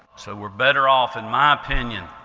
so we're better off, in my opinion,